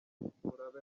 urabeho